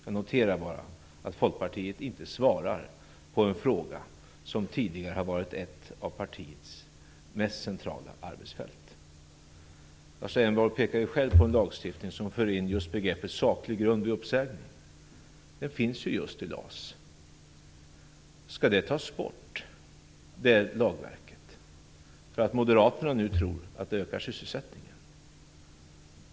Jag noterar bara att Folkpartiet inte svarar på en fråga som tidigare har varit ett av partiets mest centrala arbetsfält. Lars Leijonborg pekar själv på en lagstiftning som införde begreppet saklig grund vid uppsägning. Det finns just i Skall det lagverket tas bort för att Moderaterna nu tror att det ökar sysselsättningen?